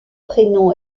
prénom